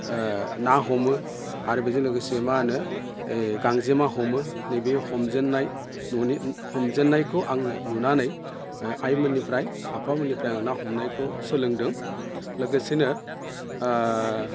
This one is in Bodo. ना हमो आरो बेजों लोगोसे मा होनो ओय गांजेमा हमो नैबे हमजेननायखौ आङो नुनानै आइमोननिफ्राय आफामोननिफ्राय आङो ना हमनायखौ सोलोंदों लोगोसेनो